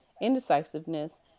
indecisiveness